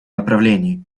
направлении